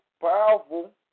powerful